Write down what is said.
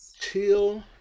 till